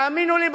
תאמינו לי,